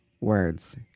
words